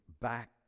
back